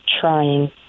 trying